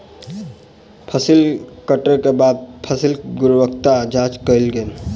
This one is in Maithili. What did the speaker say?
फसिल कटै के बाद फसिलक गुणवत्ताक जांच कयल गेल